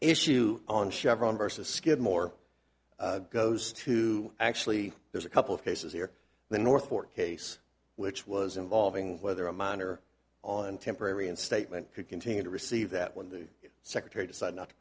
issue on chevron versus skidmore goes to actually there's a couple of cases here the north fork case which was involving whether a miner on temporary and statement could continue to receive that when the secretary decide not to